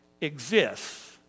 exists